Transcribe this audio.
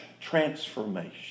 transformation